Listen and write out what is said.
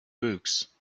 books